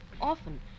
often